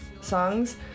songs